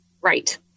right